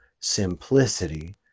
simplicity